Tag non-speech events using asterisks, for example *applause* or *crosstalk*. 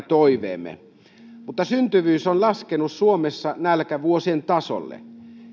*unintelligible* toiveemme mutta syntyvyys on laskenut suomessa nälkävuosien tasolle